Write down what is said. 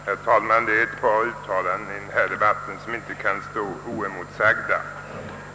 Herr talman! Det är ett par uttalanden i de föregående inläggen som inte kan få stå oemotsagda.